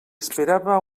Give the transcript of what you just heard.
esperava